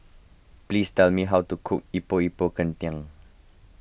please tell me how to cook Epok Epok Kentang